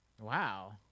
Wow